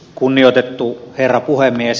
kunnioitettu herra puhemies